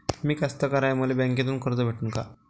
मी कास्तकार हाय, मले बँकेतून कर्ज भेटन का?